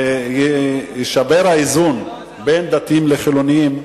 שיישבר האיזון בין דתיים לחילונים,